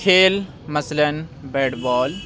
کھیل مثلاً بیڈ بال